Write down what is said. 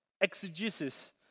exegesis